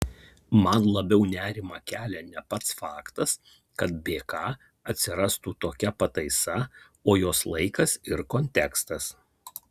man labiau nerimą kelia ne pats faktas kad bk atsirastų tokia pataisa o jos laikas ir kontekstas